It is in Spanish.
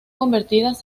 convertidas